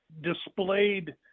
displayed